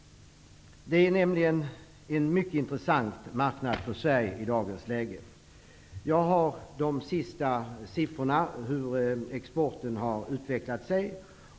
Det rör sig om en mycket intressant marknad för Sverige. Jag har de senaste siffrorna över hur exporten har utvecklats.